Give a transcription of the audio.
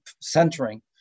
centering